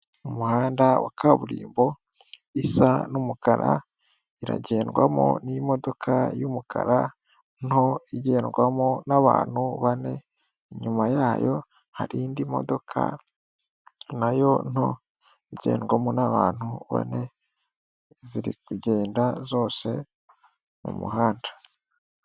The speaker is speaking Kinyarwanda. Umuhanda wa kaburimbo isa n'umukara, iragendwamo n'imodoka y'umukara nto igendwamo n'abantu bane. Inyuma yayo hari indi modoka nayo nto igendwamo n'abantu bane ziri kugenda zose mu muhanda.